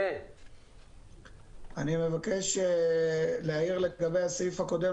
אני מבקש להעיר לגבי הסעיף הקודם,